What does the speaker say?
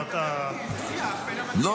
מה